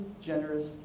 generous